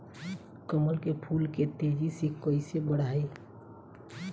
कमल के फूल के तेजी से कइसे बढ़ाई?